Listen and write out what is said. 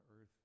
earth